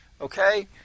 okay